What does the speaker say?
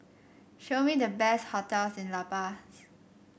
show me the best hotels in La Paz